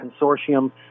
Consortium